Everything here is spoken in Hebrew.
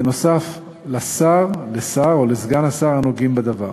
בנוסף לשר או לסגן השר הנוגעים בדבר.